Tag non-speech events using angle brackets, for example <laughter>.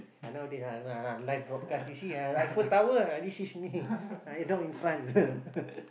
uh nowadays ah <noise> live broadcast you see ah Eiffel-Tower ah this is me <laughs> in front <laughs>